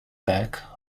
back